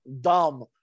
dumb